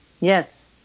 Yes